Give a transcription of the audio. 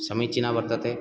समीचिना वर्तते